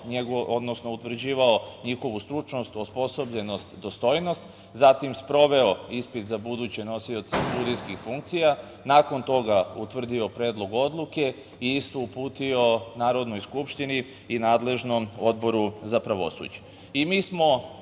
je utvrđivao njihovu stručnost, osposobljenost, dostojnost, zatim, sproveo ispit za buduće nosioce sudijskih funkcija, nakon toga utvrdio predlog odluke i istu uputio Narodnoj skupštini i nadležnom Odboru za pravosuđe. Mi